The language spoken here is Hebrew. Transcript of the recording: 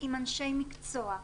עם אנשי מקצוע.